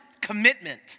commitment